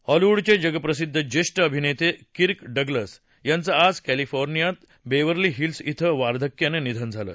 हॉलिवुडचे जगप्रसिद्ध ज्येष्ठ अभिनेते किर्क डगलस यांचं आज कैलीफोर्नियात बेवर्ली हिल्स इथं वार्धक्यानं निधन झालं